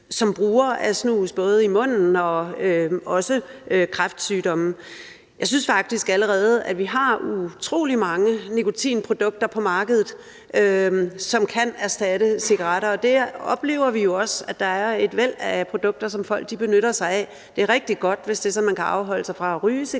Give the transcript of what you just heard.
som bruger af snus, både i munden og også kræftsygdomme. Jeg synes faktisk allerede, at vi har utrolig mange nikotinprodukter på markedet, som kan erstatte cigaretter, og der oplever vi jo også, at der er et væld af produkter, som folk benytter sig af. Det er rigtig godt, hvis man kan afholde sig fra at ryge cigaretter